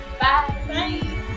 bye